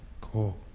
Cool